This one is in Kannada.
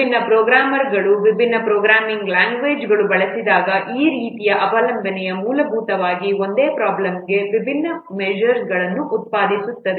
ವಿಭಿನ್ನ ಪ್ರೋಗ್ರಾಮರ್ಗಳು ವಿಭಿನ್ನ ಪ್ರೋಗ್ರಾಮಿಂಗ್ ಲ್ಯಾಂಗ್ವೇಜ್ಗಳನ್ನು ಬಳಸಿದಾಗ ಈ ರೀತಿಯ ಅವಲಂಬನೆಯು ಮೂಲಭೂತವಾಗಿ ಒಂದೇ ಪ್ರಾಬ್ಲಮ್ಗೆ ವಿಭಿನ್ನ ಮೇಜರ್ಗಳನ್ನು ಉತ್ಪಾದಿಸುತ್ತದೆ